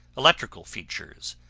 electrical fixtures,